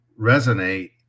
resonate